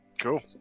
Cool